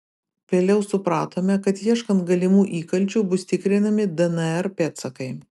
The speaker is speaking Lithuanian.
vėliau supratome kad ieškant galimų įkalčių bus tikrinami dnr pėdsakai